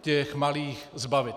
těch malých zbavit.